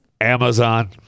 Amazon